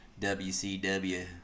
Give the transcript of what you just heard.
WCW